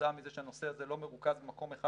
שכתוצאה מזה שהנושא הזה לא מרוכז במקום אחד